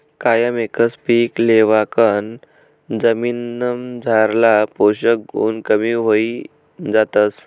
कायम एकच पीक लेवाकन जमीनमझारला पोषक गुण कमी व्हयी जातस